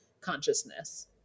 consciousness